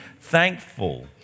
thankful